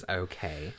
okay